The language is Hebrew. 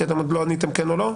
כי אתם עוד לא עניתם כן או לא.